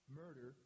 murder